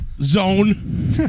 zone